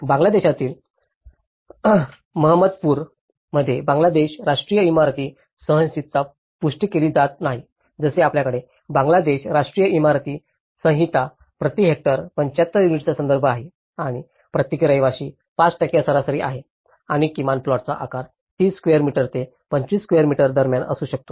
बांगलादेशातील महमदपूर मध्ये बांगलादेश राष्ट्रीय इमारत संहिताची पुष्टी केली जात नाही जसे आपल्याकडे बांगलादेश राष्ट्रीय इमारत संहिता प्रति हेक्टर 75 युनिट्सचा संदर्भ आहे आणि प्रत्येक रहिवासी 5 सरासरी आहे आणि किमान प्लॉटचा आकार 30 स्केअर मीटर ते 25 स्केअर मीटर दरम्यान असू शकतो